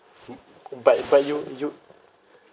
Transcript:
but but you you